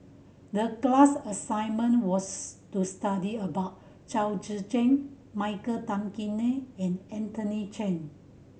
the class assignment was to study about Chao Tzee Cheng Michael Tan Kim Nei and Anthony Chen